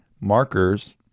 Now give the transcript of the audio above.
markers